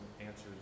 answers